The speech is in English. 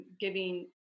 giving